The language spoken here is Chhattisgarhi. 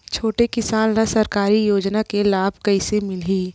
छोटे किसान ला सरकारी योजना के लाभ कइसे मिलही?